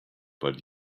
but